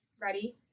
Ready